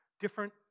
different